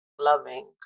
loving